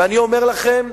ואני אומר לכם,